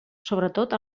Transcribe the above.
sobretot